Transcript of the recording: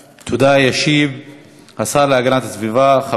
ישיב השר להגנת הסביבה חבר הכנסת זאב אלקין.